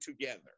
together